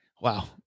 wow